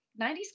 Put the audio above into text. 90s